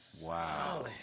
Wow